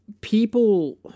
people